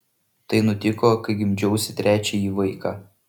tai nutiko kai gimdžiausi trečiąjį vaiką